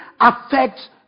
affect